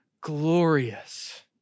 glorious